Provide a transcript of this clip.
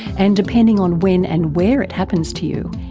and depending on when and where it happens to you,